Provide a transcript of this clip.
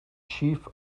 chief